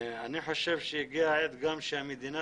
אני מכיר טוב מאוד את הנגב,